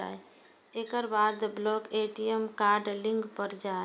एकर बाद block ATM card link पर जाउ